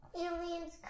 Aliens